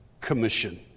commission